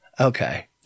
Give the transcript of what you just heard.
Okay